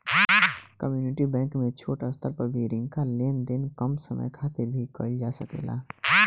community bank में छोट स्तर पर भी रिंका लेन देन कम समय खातिर भी कईल जा सकेला